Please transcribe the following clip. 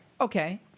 Okay